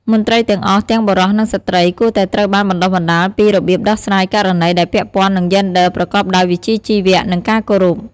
មន្ត្រីទាំងអស់ ទាំងបុរស និងស្ត្រី គួរតែត្រូវបានបណ្ដុះបណ្ដាលពី របៀបដោះស្រាយករណីដែលពាក់ព័ន្ធនឹងយេនឌ័រប្រកបដោយវិជ្ជាជីវៈ និងការគោរព។